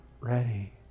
ready